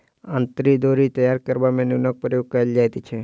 अंतरी डोरी तैयार करबा मे नूनक प्रयोग कयल जाइत छै